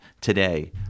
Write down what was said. today